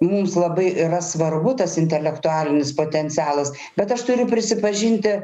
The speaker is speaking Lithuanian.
mums labai yra svarbu tas intelektualinis potencialas bet aš turiu prisipažinti